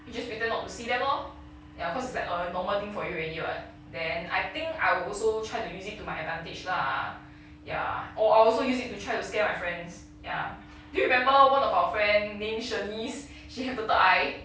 you just pretend not to see them lor ya cause it's like a normal thing for you already [what] then I think I would also try to use it to my advantage lah ya or I also use it to try to scare my friends ya do you remember one of our friend name shen yi s~ she have the third eye